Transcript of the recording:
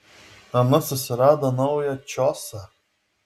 anas susirado naują čiosą